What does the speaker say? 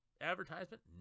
advertisement